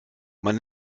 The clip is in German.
man